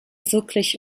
wirklich